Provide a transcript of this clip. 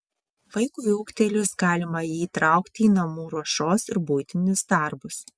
vaikui ūgtelėjus galima jį įtraukti į namų ruošos ir buitinius darbus